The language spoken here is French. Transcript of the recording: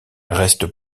restent